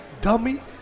dummy